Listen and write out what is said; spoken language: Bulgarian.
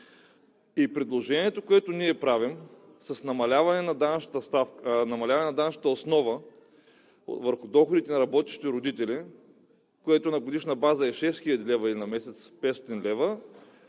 Предложението, което ние правим с намаляването на данъчната основа върху доходите на работещите родители, което на годишна база е 6000 лв. и на месец е 500 лв.,